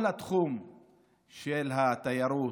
כל התחום של התיירות,